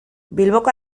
bilboko